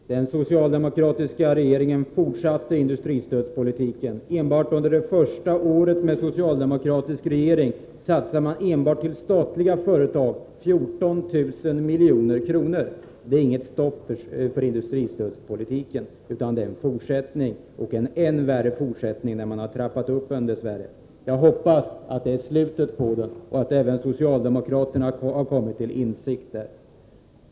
Fru talman! Jag skall fatta mig helt kort. Den socialdemokratiska regeringen fortsatte med industristödspolitiken. Enbart under det första året med socialdemokratisk regering satsades 14 000 milj.kr. i statliga företag. Det är alltså inget stopp fråga om industristödspolitiken, utan man fortsätter att föra en sådan. Dess värre har man också gjort en upptrappning. Jag hoppas att det snart är slut på den politiken och att även socialdemokraterna skall komma till insikt.